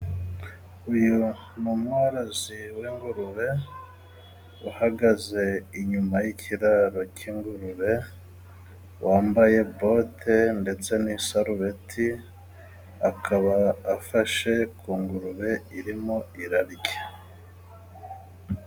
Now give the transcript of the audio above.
Uyu ni umumozi w'ingurube, uhagaze inyuma y'ikiraro cy'ingurube, wambaye bote ndetse n'isarubeti ,akaba afashe ku ngurube irimo irarya.